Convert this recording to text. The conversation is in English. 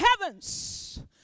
heavens